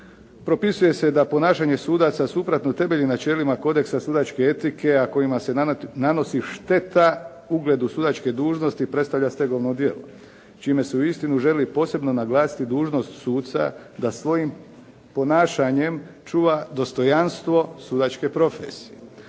propisuje se da ponašanje sudaca sukladno temeljnim načelima kodeksa sudačke etike, a kojima se nanosi šteta ugledu sudačke dužnosti i predstavlja stegovno djelo čime se uistinu želi posebno naglasiti dužnost suca da svojim ponašanjem čuva dostojanstvo sudačke profesije.